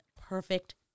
perfect